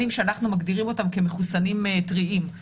שאנחנו מגדירים אותם כמחוסנים טריים,